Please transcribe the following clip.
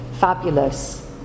fabulous